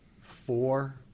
four